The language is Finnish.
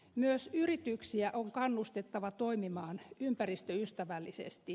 myös yrityksiä on kannustettava toimimaan ympäristöystävällisesti